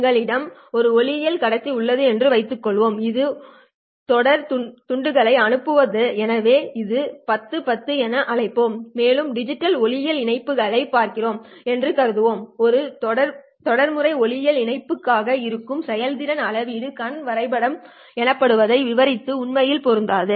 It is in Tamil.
உங்களிடம் ஒரு ஒளியியல் கடத்தி உள்ளது என்று வைத்துக்கொள்வோம் இது ஒரு தொடர் துண்டுகளை அனுப்புகிறது எனவே இதை 1010 என அழைப்போம் மேலும் டிஜிட்டல் ஒளியியல் இணைப்புகளைப் பார்க்கிறோம் என்று கருதுகிறேன் ஒரு தொடர்முறை ஒளியியல் இணைப்புக்காக இருக்கும் செயல்திறன் அளவீடு கண் வரைபடம் எனப்படுவதை விவரிப்பது உண்மையில் பொருந்தாது